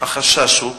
החשש הוא,